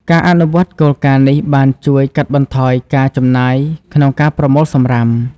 ការអនុវត្តគោលការណ៍នេះបានជួយកាត់បន្ថយការចំណាយក្នុងការប្រមូលសំរាម។